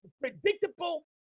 predictable